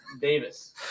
Davis